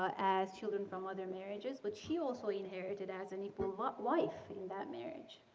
as children from other marriages, but she also inherited as an equal but wife in that marriage.